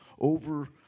over